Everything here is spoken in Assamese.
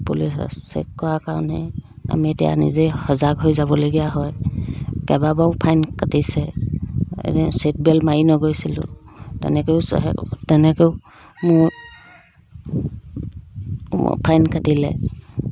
পুলিচ চেক কৰাৰ কাৰণে আমি এতিয়া নিজেই সজাগ হৈ যাবলগীয়া হয় কেইবাবাৰো ফাইন কাটিছে এনে চিটবেল্ট মাৰি নগৈছিলোঁ তেনেকৈয়ো তেনেকৈয়ো মোৰ মোৰ ফাইন কাটিলে